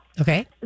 Okay